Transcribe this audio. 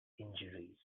injuries